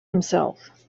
himself